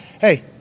hey